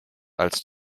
als